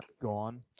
gone